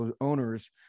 owners